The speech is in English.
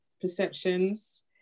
perceptions